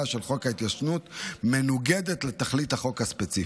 של חוק ההתיישנות מנוגדת לתכלית החוק הספציפי.